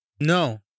No